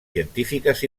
científiques